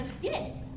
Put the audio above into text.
Yes